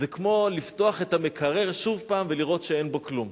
זה כמו לפתוח את המקרר שוב פעם ולראות שאין בו כלום.